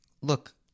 look